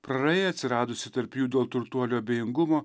praraja atsiradusi tarp jų dėl turtuolio abejingumo